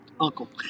uncle